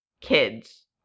kids